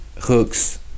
hooks